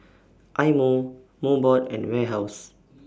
Eye Mo Mobot and Warehouse